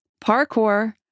parkour